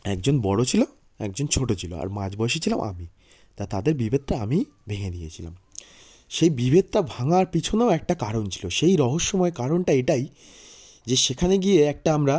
একজন বড়ো ছিলো একজন ছোটো ছিলো আর মাঝবয়েসী ছিলাম আমি তা তাদের বিভেদটা আমি ভেঙে দিয়েছিলাম সেই বিভেদটা ভাঙার পিছনেও একটা কারণ ছিলো সেই রহস্যময় কারণটা এটাই যে সেখানে গিয়ে একটা আমরা